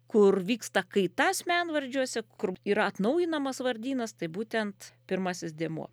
kur vyksta kaita asmenvardžiuose kur yra atnaujinamas vardynas tai būtent pirmasis dėmuo